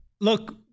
Look